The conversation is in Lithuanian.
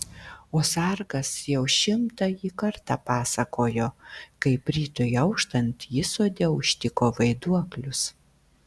o sargas jau šimtąjį kartą pasakojo kaip rytui auštant jis sode užtiko vaiduoklius